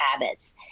habits